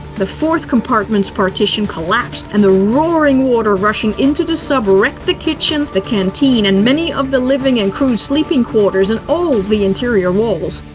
the fourth compartment's partition collapsed, and the roaring water rushing into the sub wrecked the kitchen, the canteen, and many of the living and crew's sleeping quarters. and all the interior walls.